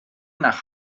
nach